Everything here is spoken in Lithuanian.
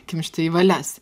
kimšti į valias